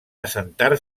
assentar